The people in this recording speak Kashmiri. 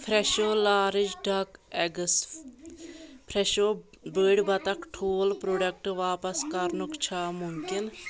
فرٛٮ۪شو لارج ڈَک ایٚگٔس فرٛٮ۪شو بٔڑۍ بطخ ٹھوٗل پروڈکٹ واپس کرنُک چھا مُمکِن